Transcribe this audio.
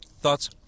Thoughts